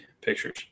pictures